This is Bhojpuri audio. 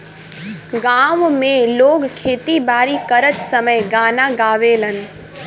गांव में लोग खेती बारी करत समय गाना गावेलन